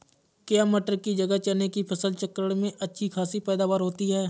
क्या मटर की जगह चने की फसल चक्रण में अच्छी खासी पैदावार होती है?